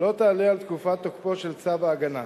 לא תעלה על תקופת תוקפו של צו ההגנה.